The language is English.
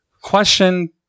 Question